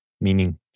meaning